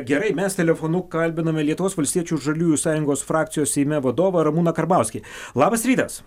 gerai mes telefonu kalbiname lietuvos valstiečių žaliųjų sąjungos frakcijos seime vadovą ramūną karbauskį labas rytas